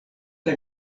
tra